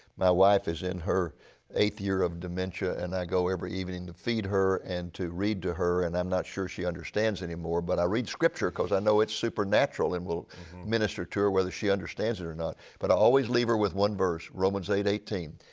my wife is in her eighth year of dementia and i go every evening to feed her, and to read to her. and i'm not sure she understands anymore, but i read scripture because i know it is supernatural and will minister to her whether she understands it or not. but i always leave her with one verse romans eight eighteen,